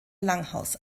langhaus